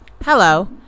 Hello